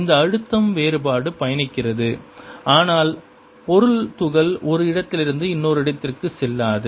அந்த அழுத்தம் வேறுபாடு பயணிக்கிறது ஆனால் பொருள் துகள் ஒரு இடத்திலிருந்து இன்னொரு இடத்திற்கு செல்லாது